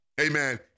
Amen